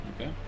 Okay